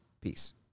Peace